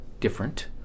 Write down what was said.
different